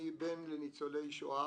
אני בן לניצולי שואה.